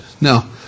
Now